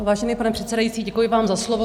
Vážený pane předsedající, děkuji vám za slovo.